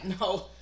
No